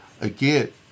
Again